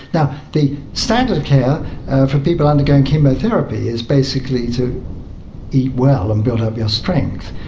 now, the standard care for people undergoing chemotherapy is basically to eat well and build up your strength.